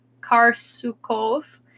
Karsukov